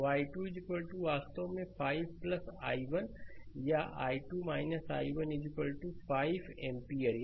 तो i2 वास्तव में 5 i1 या i2 i1 5 एम्पीयर